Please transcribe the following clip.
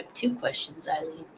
two questions, and